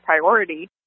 priority